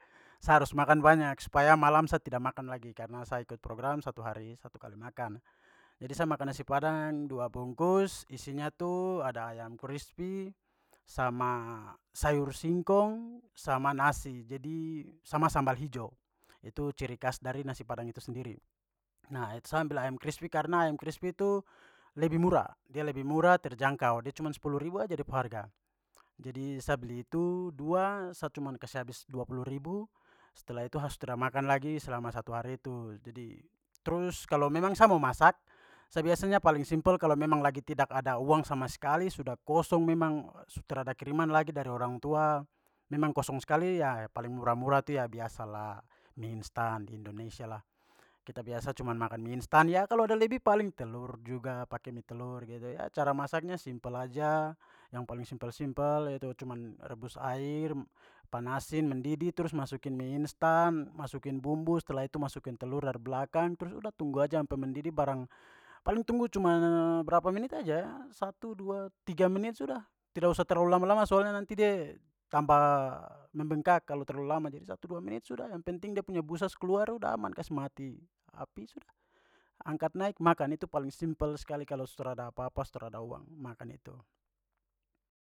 Sa harus makan banyak supaya malam sa tidak makan lagi karena sa ikut program satu hari satu kali makan. Jadi sa makan nasi padang dua bungkus isinya tu ada ayam crispy sama sayur singkong sama nasi jadi sama sambal hijau. Itu ciri khas dari nasi padang itu sendiri. Nah, itu sa ambil ayam crispy karena ayam crispy tu lebih murah, dia lebih murah, terjangkau. Dia cuman sepuluh ribu aja da pu harga. Jadi sa beli itu dua, sa cuman kasi habis dua puluh ribu, setelah itu sa su tra makan lagi selama satu hari itu. Jadi trus kalo memang sa mau masak sa biasanya paling simpel kalau memang lagi tidak ada uang sama sekali sudah kosong memang su trada kiriman lagi dari orang tua memang kosong skali ya paling murah-murah tu ya biasa lah mie instant, di indonesia lah. Kita biasa cuma makan mie instant. Ya, kalo ada lebih paling telur juga, pake mie telur gitu ya. Cara masaknya simpel aja, yang paling simpel-simpel itu cuman rebus air, panasi, mendidih, trus masukin mie instant, masukin bumbu, setelah itu masukin telur dari belakang, trus sudah tunggu saja sampai mendidih barang paling tunggu cuman berapa menit aja, satu dua tiga menit sudah, tidak usah terlalu lama-lama soalnya nanti de tambah membengkak kalau terlalu lama. Jadi satu dua menit sudah. Yang penting dia punya busa su kluar sudah aman. Kasi mati api, sudah. Angkat naik, makan. Itu paling simpel sekali kalo su trada apa-apa, su trada uang, makan itu.